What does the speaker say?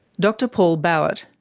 dr paul bauert.